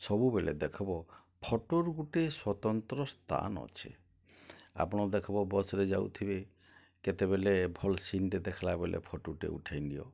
ସବୁବେଳେ ଦେଖ୍ବ ଫଟୋର୍ ଗୁଟେ ସ୍ୱତନ୍ତ୍ର ସ୍ଥାନ୍ ଅଛେ ଆପଣ ଦେଖ୍ବ ବସ୍ରେ ଯାଉଥିବେ କେତେବେଲେ ଭଲ୍ ସିନ୍ଟେ ଦେଖେଲା ବେଲେ ଫଟୋଟେ ଉଠେଇନିଅ